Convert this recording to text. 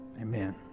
Amen